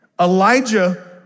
Elijah